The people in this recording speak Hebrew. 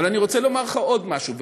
אבל אני רוצה לומר לך עוד משהו,